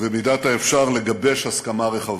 ובמידת האפשר, לגבש הסכמה רחבה.